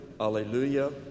Alleluia